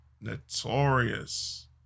Notorious